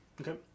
Okay